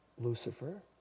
Lucifer